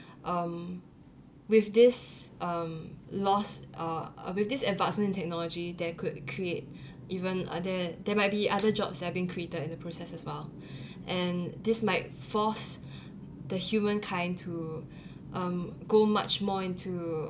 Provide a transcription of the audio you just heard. um with this um loss uh with this advancement in technology that could create even uh there there might be other jobs are being created in the process as well and this might force the humankind to um go much more into